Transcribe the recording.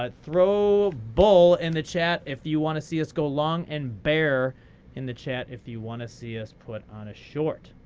ah throw bull in the chat if you want to see us go long and bear in the chat if you want to see us put on a short.